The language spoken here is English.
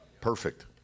Perfect